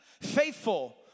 faithful